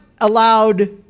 allowed